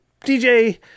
DJ